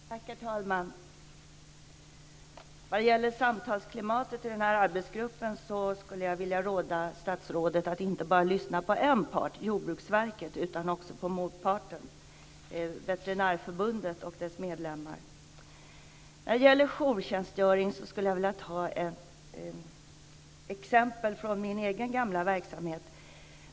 Herr talman! Vad gäller samtalsklimatet i arbetsgruppen skulle jag vilja råda ministern att inte bara lyssna på ena parten, Jordbruksverket, utan också på motparten, Veterinärförbundet och dess medlemmar. När det gäller jourtjänstgöring skulle jag vilja ta ett exempel från min egen gamla verksamhet.